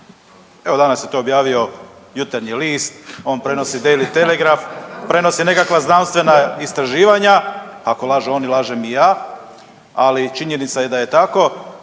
Evo danas je to objavio Jutarnji list on prenosi Daily Telegraph, prenosi nekakva znanstvena istraživanja, ako lažu oni, lažem i ja, ali činjenica je da je tako.